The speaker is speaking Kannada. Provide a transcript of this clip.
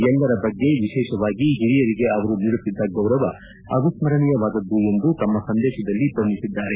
ಎಲ್ಲರ ಬಗ್ಗೆ ವಿಶೇಷವಾಗಿ ಹಿರಿಯರಿಗೆ ಅವರು ನೀಡುತ್ತಿದ್ದ ಗೌರವ ಅವಿಸ್ಮರಣೀಯವಾದುದ್ದು ಎಂದು ತಮ್ಮ ಸಂದೇಶದಲ್ಲಿ ಬಣ್ಣಿಸಿದ್ದಾರೆ